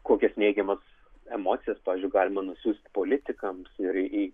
kokios neigiamas emocijas pavyzdžiui galima nusiųsti politikams ir